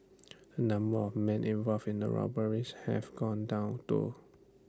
the number of men involved in the robberies have gone down though